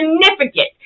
significant